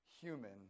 human